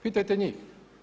Pitajte njih.